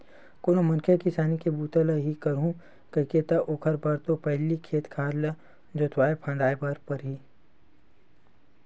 कोनो मनखे ह किसानी के बूता ल ही करहूं कइही ता ओखर बर तो पहिली खेत खार ल जोतवाय फंदवाय बर परही